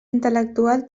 intel·lectual